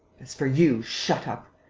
as for you, shut up!